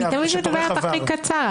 אני תמיד מדברת הכי קצר.